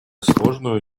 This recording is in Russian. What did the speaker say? сложную